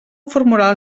formular